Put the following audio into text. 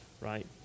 right